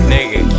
Nigga